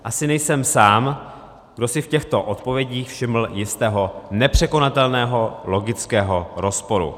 Asi nejsem sám, kdo si v těchto odpovědích všiml jistého nepřekonatelného logického rozporu.